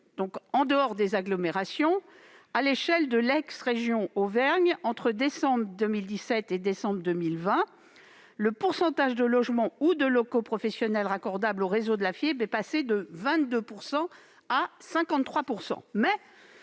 conçu, en dehors des agglomérations, à l'échelle de l'ex-région Auvergne. Entre décembre 2017 et décembre 2020, le pourcentage de logements ou de locaux professionnels raccordables au réseau de la fibre y est, certes, passé de 22 % à 53 %.